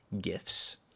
gifts